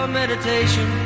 meditation